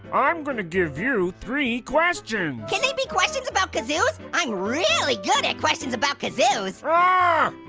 i'm gonna give you three questions. can they be questions about kazoos? i'm really good at questions about kazoos. ah